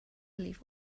believe